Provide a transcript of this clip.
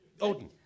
Odin